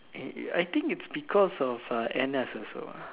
ya I think it's because of uh N_S also ah